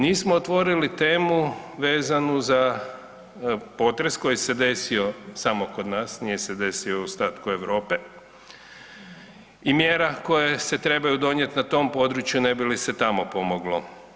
Nismo otvorili temu vezanu za potres koji se desio samo kod nas, nije se desio u ostatku Europe i mjera koje se trebaju donijet na tom području ne bi li se tamo pomoglo.